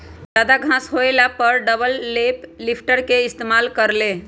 जादा घास होएला पर डबल बेल लिफ्टर के इस्तेमाल कर ल